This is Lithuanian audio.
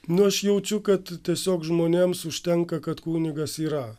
nu aš jaučiu kad tiesiog žmonėms užtenka kad kunigas yra